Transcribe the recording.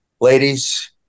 ladies